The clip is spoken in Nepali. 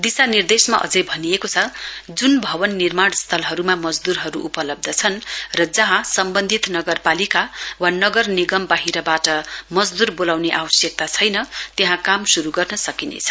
दिशानिर्देशमा अझै भनिएको छ जुन भवन निर्माण स्थलहरुमा मजद्रहरु उपलब्ध छन् र जहाँ सम्वन्धित नगरपालिका वा नगर निगम वाहिरवाट मजदूर वोलाउने आवश्यकता छैन त्यहाँ काम शुरु गर्न सकिनेछ